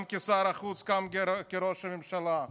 גם כשר החוץ, גם כראש הממשלה.